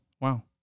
wow